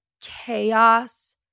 chaos